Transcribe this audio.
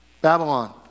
Babylon